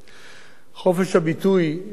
חופש הביטוי שהוזכר כאן